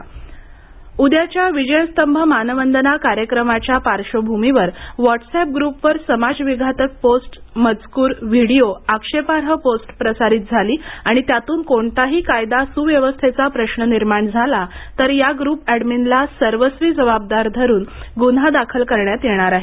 admin उद्याच्या विजयस्तंभ मानवंदना कार्यक्रमाच्या पार्श्वभूमीवर व्हॉटस् अॅप ग्रुपवर समाज विघातक पोस्ट मजकुर व्हिडिओ आक्षेपार्ह पोस्ट प्रसारित झाली आणि त्यातून कोणताही कायदा सुव्यवस्थेचा प्रश्न निर्माण झाला तर यासाठी ग्रप अॅडमिनला सर्वस्वी जबाबदार धरुन गुन्हा दाखल करण्यात येणार आहे